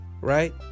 right